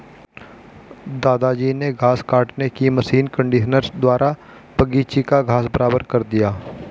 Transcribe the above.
दादाजी ने घास काटने की मशीन कंडीशनर द्वारा बगीची का घास बराबर कर दिया